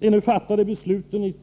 De nu fattade besluten i